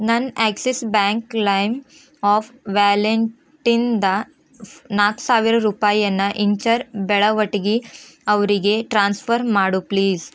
ನನ್ನ Axis Bank claim of ವ್ಯಾಲೆಂಟ್ಟಿಂದ ನಾಲ್ಕು ಸಾವಿರ ರೂಪಾಯಿಯನ್ನ ಇಂಚರ್ ಬೆಳವಟಗಿ ಅವರಿಗೆ ಟ್ರಾನ್ಸ್ಫರ್ ಮಾಡು ಪ್ಲೀಸ್